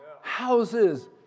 Houses